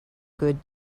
good